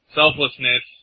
selflessness